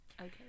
Okay